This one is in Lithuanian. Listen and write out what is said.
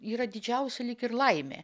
yra didžiausia lyg ir laimė